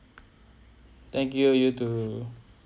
thank you you too